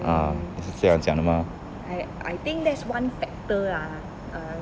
ah 就是这样讲 mah